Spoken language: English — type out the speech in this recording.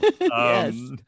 Yes